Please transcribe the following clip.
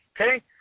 Okay